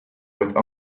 with